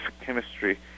chemistry